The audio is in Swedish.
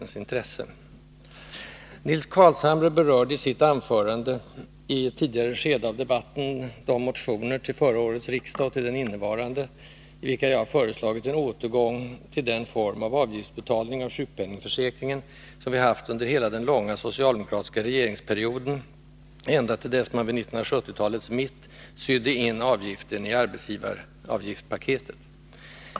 Nils Carlshamre berörde i sitt anförande i ett tidigare skede av debatten de motioner till det förra och det nuvarande riksmötet i vilka jag har föreslagit en återgång till den form av avgiftsbetalning i sjukpenningförsäkringen som vi hade under hela den långa socialdemokratiska regeringsperoden ända till dess man vid 1970-talets mitt bakade in avgiften i arbetsgivaravgiftspaketet.